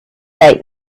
right